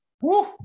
Woo